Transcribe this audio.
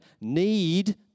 need